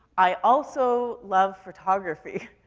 i also love photography.